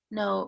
no